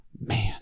Man